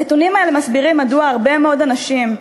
הנתונים האלה מסבירים מדוע הרבה מאוד אנשים,